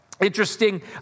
interesting